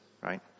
right